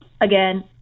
Again